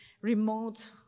remote